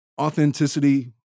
Authenticity